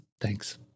thanks